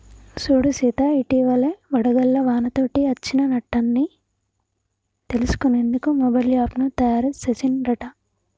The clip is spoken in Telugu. సూడు సీత ఇటివలే వడగళ్ల వానతోటి అచ్చిన నట్టన్ని తెలుసుకునేందుకు మొబైల్ యాప్ను తాయారు సెసిన్ రట